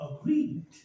Agreement